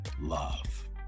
love